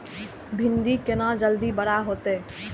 भिंडी केना जल्दी बड़ा होते?